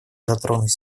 затронуть